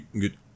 good